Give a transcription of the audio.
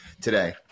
today